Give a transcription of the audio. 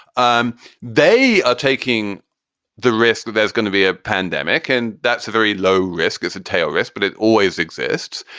um they are taking the risk. there's gonna be a pandemic. and that's a very low risk. it's a tail risk, but it always exists.